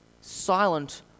silent